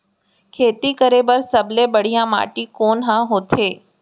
खेती करे बर सबले बढ़िया माटी कोन हा होथे?